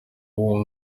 uwo